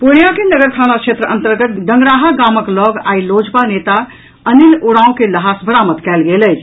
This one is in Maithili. पूर्णिया के नगर थाना क्षेत्र अंतर्गत डंगराहा गामक लऽग आइ लोजपा नेता अनिल उरांव के लहास बरामद कयल गेल अछि